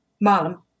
Mom